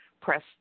press